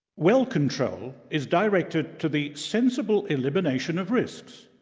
well control is directed to the sensible elimination of risks?